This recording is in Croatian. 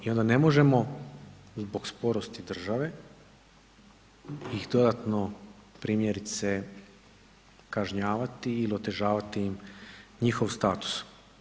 I onda ne možemo zbog sporosti države ih dodatno primjerice kažnjavati ili otežavati im njihov status.